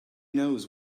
knows